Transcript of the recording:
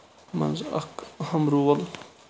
منٛز اکھ اَہم رول